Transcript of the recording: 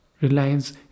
Reliance